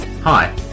Hi